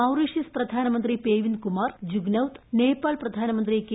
Mauritius പ്രധാനമന്ത്രി Pravind Kumar Jugnauth Nepal പ്രധാനമന്ത്രി K